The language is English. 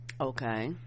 okay